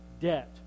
debt